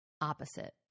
opposite